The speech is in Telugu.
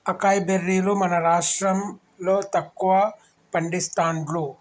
అకాయ్ బెర్రీలు మన రాష్టం లో తక్కువ పండిస్తాండ్లు